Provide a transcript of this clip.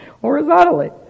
horizontally